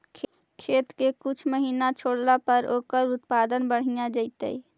खेत के कुछ महिना छोड़ला पर ओकर उत्पादन बढ़िया जैतइ?